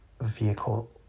vehicle